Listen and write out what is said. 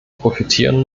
profitieren